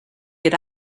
get